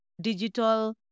digital